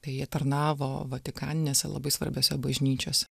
tai jie tarnavo vatikaninėse labai svarbiose bažnyčiose